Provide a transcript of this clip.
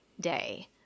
day